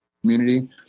community